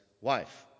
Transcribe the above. wife